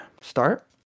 start